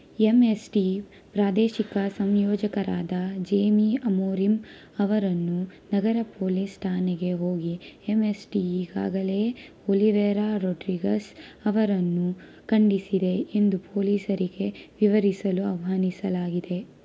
M S T ಪ್ರಾದೇಶಿಕ ಸಂಯೋಜಕರಾದ Jamie Amorim ಅವರನ್ನು ನಗರ ಪೊಲೀಸ್ ಠಾಣೆಗೆ ಹೋಗಿ ಎಂ ಎಸ್ ಟಿ ಈಗಾಗಲೇ ಒಲಿವೇರಾ ರೋಡ್ರಿಗಸ್ ಅವರನ್ನು ಖಂಡಿಸಿದೆ ಎಂದು ಪೊಲೀಸರಿಗೆ ವಿವರಿಸಲು ಆಹ್ವಾನಿಸಲಾಗಿದೆ